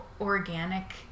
organic